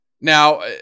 Now